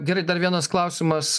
gerai dar vienas klausimas